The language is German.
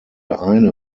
eine